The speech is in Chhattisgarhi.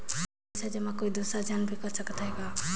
पइसा जमा कोई दुसर झन भी कर सकत त ह का?